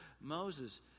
Moses